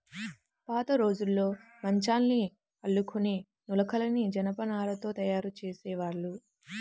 పాతరోజుల్లో మంచాల్ని అల్లుకునే నులకని జనపనారతో తయ్యారు జేసేవాళ్ళు